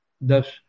Thus